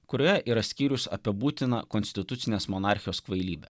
kurioje yra skyrius apie būtiną konstitucinės monarchijos kvailybę